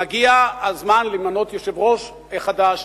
מגיע הזמן למנות יושב-ראש חדש,